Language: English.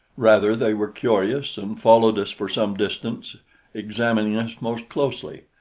rather they were curious, and followed us for some distance examining us most closely.